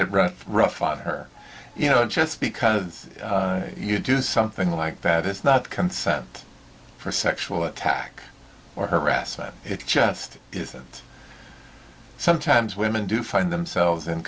rather rough on her you know just because you do something like that it's not consent for sexual attack or harassment it just isn't sometimes women do find themselves in